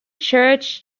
church